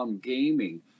gaming